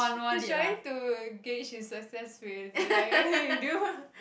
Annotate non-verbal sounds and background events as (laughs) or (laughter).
he's trying to gauge his success rate is it (laughs) you do